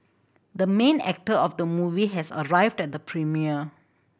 the main actor of the movie has arrived at the premiere